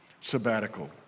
sabbatical